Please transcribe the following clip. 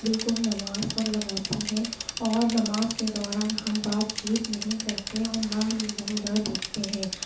بالکل نماز پر لگاتے ہیں اور نماز کے دوران ہم بات چیت نہیں کرتے اور نہ ہی ادھر ادھر دیکھتے ہیں